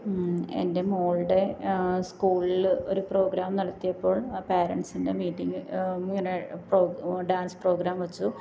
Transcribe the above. എൻ്റെ മോളുടെ സ്കൂളിൽ ഒരു പ്രോഗ്രാം നടത്തിയപ്പോൾ ആ പേരെൻസിൻ്റെ മീറ്റിങ്ങിൽ ഇങ്ങനെ പോ ഡാൻസ് പ്രോഗ്രാം വെച്ചു